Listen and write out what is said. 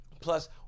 Plus